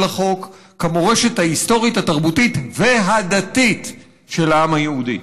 החוק כמורשת ההיסטורית התרבותית והדתית של העם היהודי.